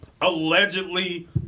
allegedly